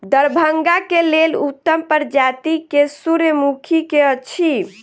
दरभंगा केँ लेल उत्तम प्रजाति केँ सूर्यमुखी केँ अछि?